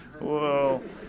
Whoa